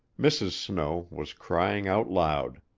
mrs. snow was crying out loud.